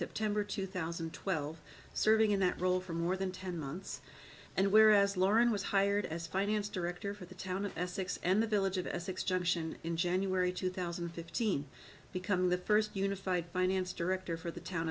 september two thousand and twelve serving in that role for more than ten months and where as lauren was hired as finance director for the town of essex and the village of essex junction in january two thousand and fifteen becoming the first unified finance director for the town